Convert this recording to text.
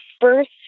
first